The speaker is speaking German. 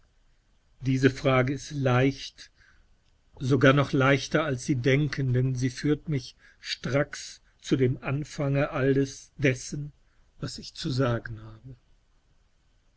diese frage ist leicht sogar noch leichter als sie denken denn sie führt mich stracks zu dem anfange alles dessen was ich zu sagen habe